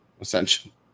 essentially